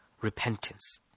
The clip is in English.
repentance